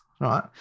right